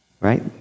Right